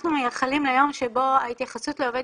אנחנו מייחלים ליום שבו ההתייחסות לעובד